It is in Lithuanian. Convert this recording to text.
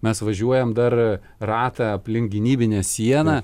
mes važiuojam dar ratą aplink gynybinę sieną